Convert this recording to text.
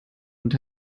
und